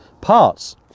parts